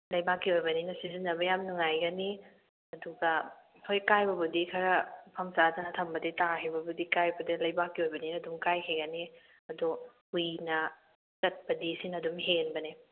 ꯂꯩꯕꯥꯛꯀꯤ ꯑꯣꯏꯕꯅꯤꯅ ꯁꯤꯖꯟꯅꯕ ꯌꯥꯝꯅ ꯅꯨꯡꯉꯥꯏꯒꯅꯤ ꯑꯗꯨꯒ ꯍꯣꯏ ꯀꯥꯏꯕꯕꯨꯗꯤ ꯈꯔ ꯃꯐꯝ ꯆꯥꯗꯅ ꯊꯝꯃꯗꯤ ꯇꯥꯈꯤꯕꯕꯨꯗꯤ ꯀꯥꯏꯕꯗ ꯂꯩꯕꯥꯛꯀꯤ ꯑꯣꯏꯕꯅꯤꯅ ꯑꯗꯨꯝ ꯀꯥꯏꯈꯤꯒꯅꯤ ꯑꯗꯣ ꯀꯨꯏꯅ ꯆꯠꯄꯗꯤ ꯁꯤꯅ ꯑꯗꯨꯝ ꯍꯦꯟꯕꯅꯦ